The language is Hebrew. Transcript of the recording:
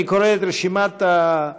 אני אקרא את רשימת המבקשים